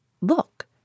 Look